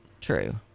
true